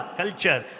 culture